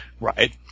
Right